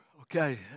okay